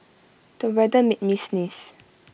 the weather made me sneeze